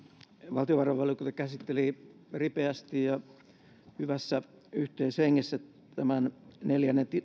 valtiovarainvaliokunta käsitteli ripeästi ja hyvässä yhteishengessä tämän neljännen